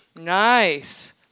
Nice